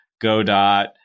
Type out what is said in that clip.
GoDot